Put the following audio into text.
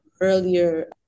earlier